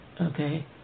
Okay